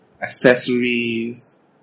accessories